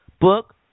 Book